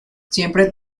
siempre